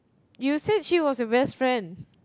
you said she was your best friend